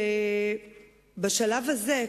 שבשלב הזה,